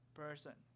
person